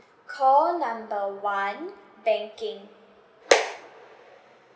call number one banking